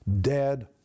dead